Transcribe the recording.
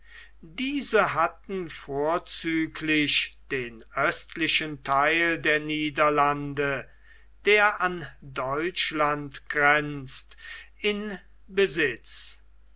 diese hatten vorzüglich den gleichen theil der niederlande der an deutschland grenzt in besitz